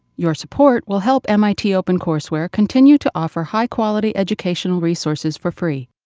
your support will help mit opencourseware continue to offer high quality educational resources for free.